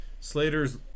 Slater's